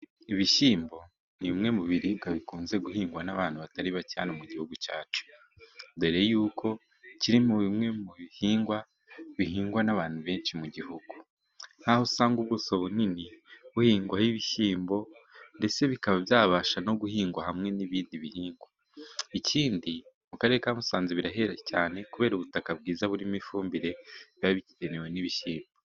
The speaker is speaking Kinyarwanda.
Ibishyimbo, ni bimwe mu biribwa bikunze guhingwa n'abantu batari bake cyane mu gihugu cyacu, dore y'uko kiri mu bimwe mu bihingwa bihingwa n'abantu benshi, mu gihugu nkaho usanga ubuso bunini buhingwaho, ibishyimbo ndetse bikaba byabasha no guhingwa hamwe n'ibindi bihingwa, ikindi mu Karere ka Musanze birahera cyane kubera ubutaka bwiza burimo ifumbire, iba ikenewe n'ibishyimbo.